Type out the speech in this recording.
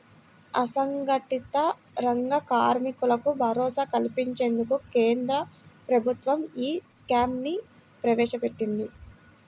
అసంఘటిత రంగ కార్మికులకు భరోసా కల్పించేందుకు కేంద్ర ప్రభుత్వం ఈ శ్రమ్ ని ప్రవేశపెట్టింది